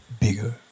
bigger